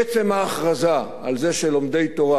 עצם ההכרזה על זה שלומדי תורה,